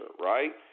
right